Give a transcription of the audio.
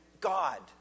God